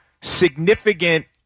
significant